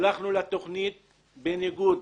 הלכנו לתוכנית בניגוד,